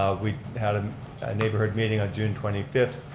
ah we had ah neighborhood meeting on june twenty fifth.